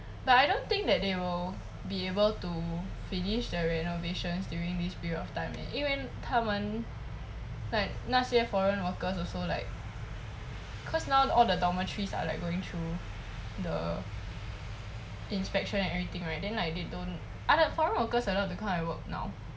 but I don't think that they will be able to finish the renovations during this period of time eh 因为他们 like 那些 foreign workers also like cause now all the dormitories are like going through the inspection and everything right then like they don't are the foreign workers allowed to come and work now